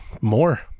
more